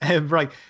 Right